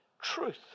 truth